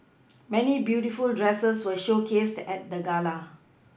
many beautiful dresses were showcased at the gala